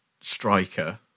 striker